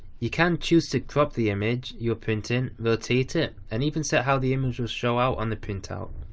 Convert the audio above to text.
you can choose to crop the image you are printing, rotate it and even set how the image will show up on the printout.